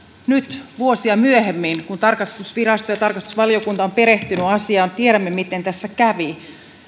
nyt vuosia myöhemmin kun tarkastusvirasto ja tarkastusvaliokunta ovat perehtyneet asiaan tiedämme miten tässä kävi